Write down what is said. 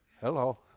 Hello